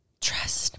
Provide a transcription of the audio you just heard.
Trust